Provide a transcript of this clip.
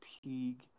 fatigue